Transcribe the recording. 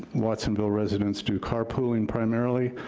watsonville residents do carpooling, primarily,